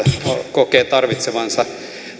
kokee tarvitsevansa